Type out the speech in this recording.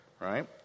right